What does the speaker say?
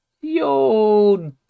Yo